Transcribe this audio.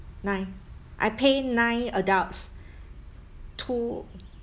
nine I pay nine adults two